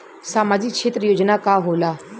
सामाजिक क्षेत्र योजना का होला?